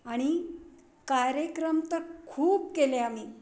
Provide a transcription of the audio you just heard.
आणि कार्यक्रम तर खूप केले आम्ही